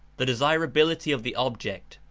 the desirability of the object,